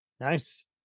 nice